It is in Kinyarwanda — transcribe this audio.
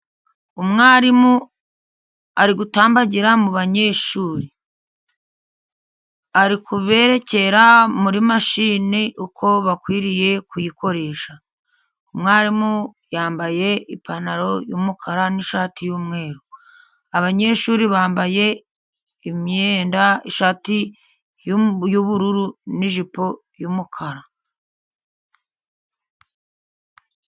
Umwarimu ari gutambagira mu banyeshuri. Ari kuberekera muri mashini uko bakwiriye kuyikoresha. Umwarimu yambaye ipantaro y'umukara n'ishati y'umweru. Abanyeshuri bambaye imyenda, ishati y'ubururu n'ijipo y'umukara.